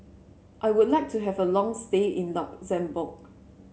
I would like to have a long stay in Luxembourg